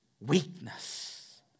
Weakness